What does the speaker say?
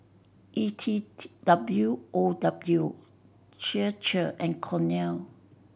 E T T W O W Chir Chir and Cornell